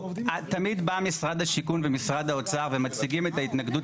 תמיד באים משרד השיכון ומשרד האוצר ומציגים את ההתנגדות